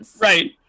Right